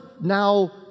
now